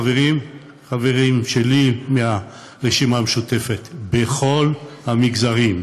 חברים שלי מהרשימה המשותפת זה בכל המגזרים,